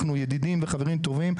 אנחנו ידידים וחברים טובים,